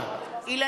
אהוד ברח.